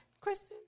Kristen